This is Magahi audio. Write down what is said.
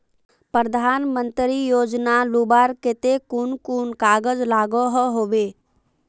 प्रधानमंत्री योजना लुबार केते कुन कुन कागज लागोहो होबे?